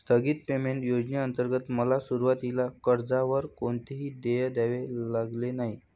स्थगित पेमेंट योजनेंतर्गत मला सुरुवातीला कर्जावर कोणतेही देय द्यावे लागले नाही